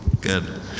Good